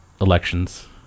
elections